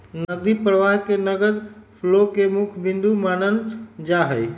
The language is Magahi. नकदी प्रवाह के नगद फ्लो के मुख्य बिन्दु मानल जाहई